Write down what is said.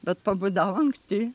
bet pabudau anksti